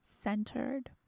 centered